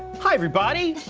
hi everybody!